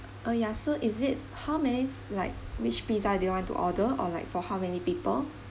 uh ya so is it how many like which pizza do you want to order or like for how many people